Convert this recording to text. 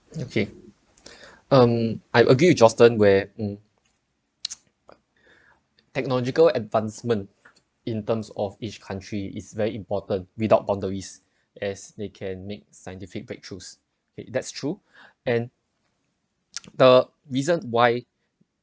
okay um I agree with joshton where mm technological advancement in terms of each country is very important without boundaries as they can make scientific breakthroughs K that's true and the reason why